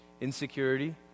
insecurity